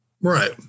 Right